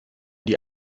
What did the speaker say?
die